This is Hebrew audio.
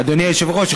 אדוני היושב-ראש,